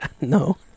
No